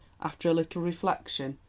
after a little reflection,